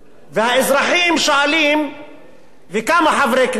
והאזרחים, וכמה חברי כנסת,